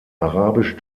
arabisch